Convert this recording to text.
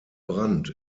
brandt